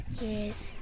Yes